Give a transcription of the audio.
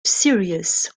serious